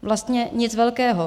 Vlastně nic velkého.